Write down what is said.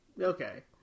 okay